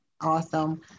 Awesome